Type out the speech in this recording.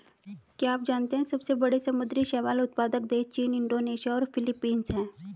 क्या आप जानते है सबसे बड़े समुद्री शैवाल उत्पादक देश चीन, इंडोनेशिया और फिलीपींस हैं?